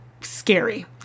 scary